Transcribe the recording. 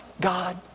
God